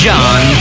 John